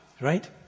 right